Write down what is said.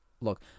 look